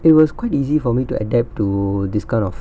it was quite easy for me to adapt to this kind of